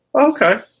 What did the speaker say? Okay